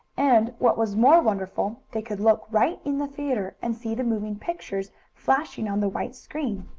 and, what was more wonderful, they could look right in the theatre and see the moving pictures flashing on the white screen.